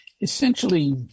essentially